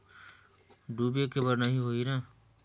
डूबे के बर नहीं होही न?